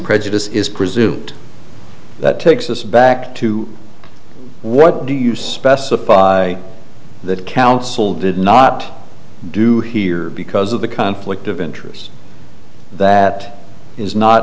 prejudice is presumed that takes us back to what do you specify that counsel did not do here because of the conflict of interest that is not